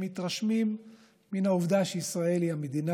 הם מתרשמים מן העובדה שישראל היא המדינה